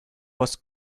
was